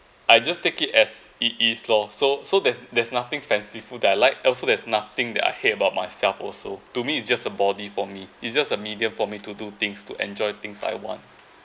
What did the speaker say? I just take it as it is lor so so there's there's nothing fanciful that I like also there's nothing that I hate about myself also to me it's just a body for me it's just a medium for me to do things to enjoy things I want